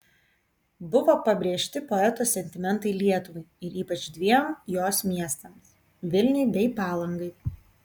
buvo pabrėžti poeto sentimentai lietuvai ir ypač dviem jos miestams vilniui bei palangai